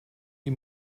die